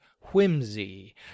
whimsy